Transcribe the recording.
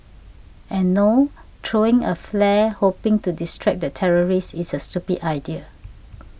and no throwing a flare hoping to distract the terrorist is a stupid idea